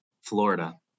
Florida